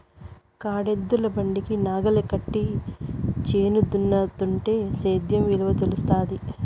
కాడెద్దుల బండికి నాగలి కట్టి చేను దున్నుతుంటే సేద్యం విలువ తెలుస్తాది